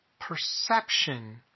perception